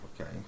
Okay